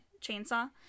chainsaw